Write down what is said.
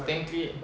technically